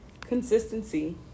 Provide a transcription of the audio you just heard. Consistency